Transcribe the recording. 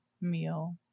meal